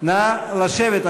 נא לשבת.